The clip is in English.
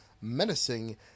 menacing